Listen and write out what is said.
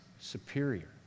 superior